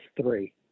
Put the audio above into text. three